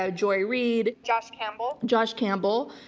ah joy reed. josh campbell. josh campbell,